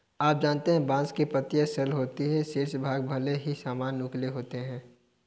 आप जानते है बांस की पत्तियां सरल होती है शीर्ष भाग भाले के सामान नुकीले होते है